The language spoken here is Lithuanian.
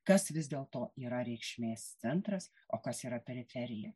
kas vis dėlto yra reikšmės centras o kas yra periferija